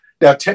Now